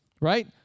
Right